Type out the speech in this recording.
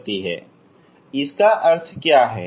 इसका अर्थ क्या है